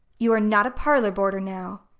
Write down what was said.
you are not a parlor boarder now.